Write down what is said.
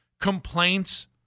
complaints